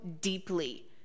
deeply